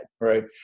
right